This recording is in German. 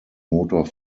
motor